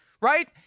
right